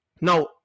Now